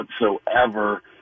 whatsoever